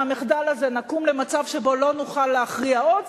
מהמחדל הזה נקום למצב שבו לא נוכל להכריע עוד,